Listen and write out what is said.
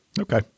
Okay